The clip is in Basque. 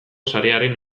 sarearen